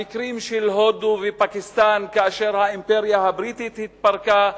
המקרים של הודו ופקיסטן כאשר האימפריה הבריטית התפרקה,